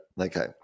Okay